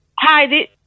Hi